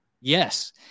Yes